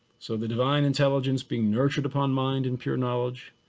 so the divine intelligence being nurtured upon mind and pure knowledge.